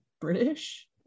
British